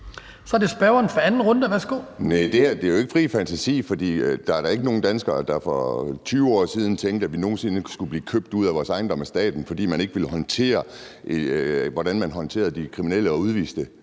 Edberg Andersen (NB): Næh, det her er jo ikke fri fantasi, for der var da ikke nogen danskere, der for 20 år siden troede, at vi nogen sinde skulle opleve at blive købt ud af vores ejendom af staten, fordi man ikke vidste, hvordan man skulle håndtere kriminelle og udviste